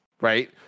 right